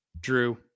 Drew